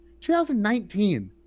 2019